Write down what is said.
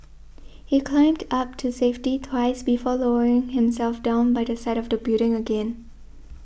he climbed up to safety twice before lowering himself down by the side of the building again